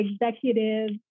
executives